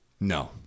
No